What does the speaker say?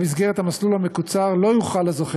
במסגרת המסלול המקוצר לא יוכל הזוכה